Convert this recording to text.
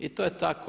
I to je tako.